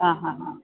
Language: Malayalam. അ ഹാ ഹാ